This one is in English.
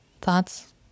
thoughts